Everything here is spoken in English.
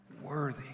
worthy